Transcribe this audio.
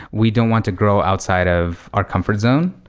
we don't want to grow outside of our comfort zone.